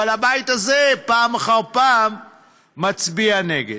אבל הבית הזה פעם אחר פעם מצביע נגד.